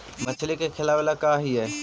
मछली के खिलाबे ल का लिअइ?